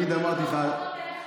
תמיד אמרתי לך,